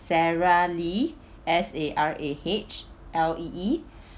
sarah lee S A R A H L E E